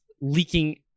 leaking